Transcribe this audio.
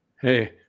Hey